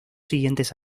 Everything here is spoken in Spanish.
siguientes